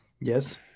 Yes